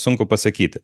sunku pasakyti